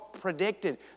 predicted